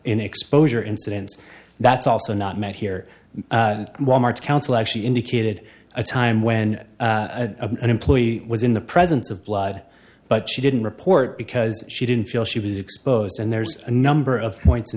in exposure incidents that's also not met here council actually indicated a time when an employee was in the presence of blood but she didn't report because she didn't feel she was exposed and there's a number of points in